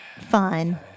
fun